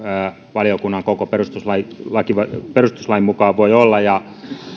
valiokunnan koko perustuslain mukaan voi olla